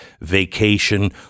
vacation